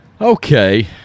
Okay